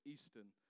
Eastern